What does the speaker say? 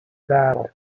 battle